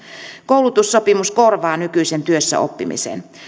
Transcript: koulutussopimus korvaa nykyisen työssäoppimisen